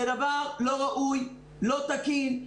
זה דבר לא ראוי, לא תקין.